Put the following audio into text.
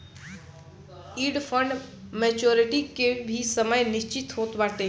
debt fund maturity के भी समय निश्चित होत बाटे